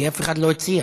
כי אף אחד לא הציע.